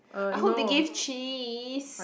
I hope they give cheese